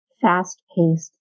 fast-paced